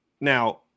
now